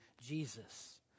Jesus